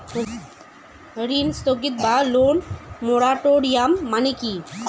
ঋণ স্থগিত বা লোন মোরাটোরিয়াম মানে কি?